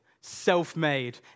self-made